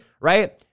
right